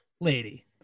lady